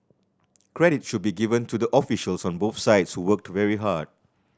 credit should be given to the officials on both sides who worked very hard